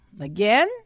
again